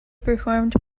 performed